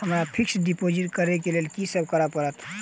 हमरा fix deposit करऽ केँ लेल की सब करऽ पड़त?